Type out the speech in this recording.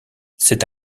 c’est